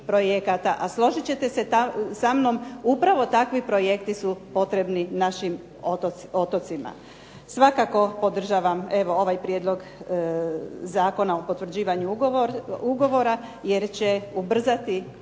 A složit ćete se sa mnom upravo takvi projekti su potrebni našim otocima. Svakako podržavam ovaj prijedlog Zakona o potvrđivanju ugovora, jer će ubrzati